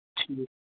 ٹھیٖک